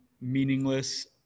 meaningless